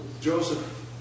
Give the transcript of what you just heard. Joseph